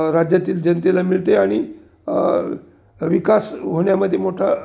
राज्यातील जनतेला मिळते आणि विकास होण्यामध्ये मोठा